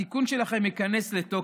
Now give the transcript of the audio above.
התיקון שלכם ייכנס לתוקף,